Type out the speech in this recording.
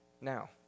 now